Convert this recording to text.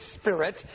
spirit